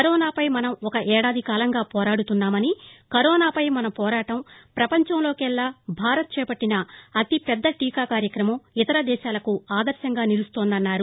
కరోనాపై మనం ఒక ఏడాది కాలంగా పోరాడుతున్నామనికరోనా పై మన పోరాటం పపంచంలోకెల్లా భారత్ చేపట్టిన అతిపెద్ద టీకా కార్యక్రమం ఇతర దేశాలకు ఆదర్భంగా నిలుస్తోందన్నారు